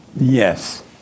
Yes